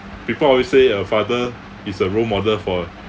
people always say a father is a role model for